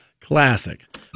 classic